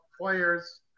players